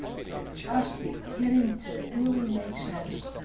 they're just beginning to really make sense.